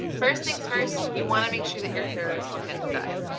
first things first, you wanna make sure that your hair is looking good.